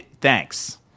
thanks